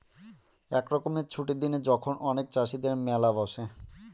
এক রকমের ছুটির দিনে যখন অনেক চাষীদের মেলা বসে